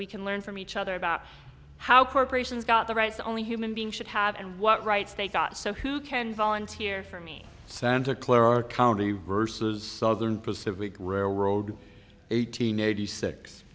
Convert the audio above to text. we can learn from each other about how corporations got the rights only human being should have and what rights they got so who can volunteer for me santa clara county versus southern pacific railroad eighteen eighty six